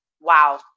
wow